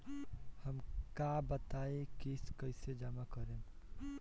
हम का बताई की किस्त कईसे जमा करेम?